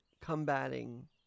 combating